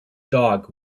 dog